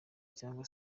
cyangwa